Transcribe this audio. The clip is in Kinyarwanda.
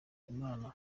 imana